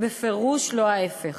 בפירוש, לא ההפך.